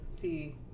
see